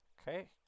Okay